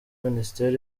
minisiteri